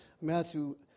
Matthew